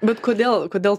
bet kodėl kodėl